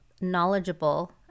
knowledgeable